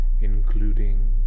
including